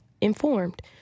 informed